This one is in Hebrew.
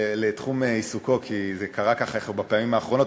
לתחום עיסוקו, כי זה קרה ככה בפעמים האחרונות.